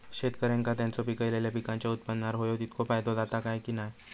शेतकऱ्यांका त्यांचा पिकयलेल्या पीकांच्या उत्पन्नार होयो तितको फायदो जाता काय की नाय?